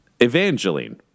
Evangeline